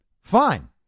fine